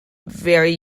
very